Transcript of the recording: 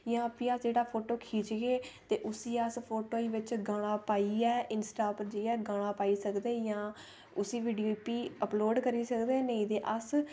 जां फी जेह्ड़ा फोटो खिच्चगे ते उसी अस फोटो गी बिच गाना पाइयै इंस्टा पर जाइयै गाना पाई सकदे जां उसी वीडियो गी फ्ही अपलोड़ करी सकदे नेईं ते अस